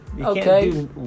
Okay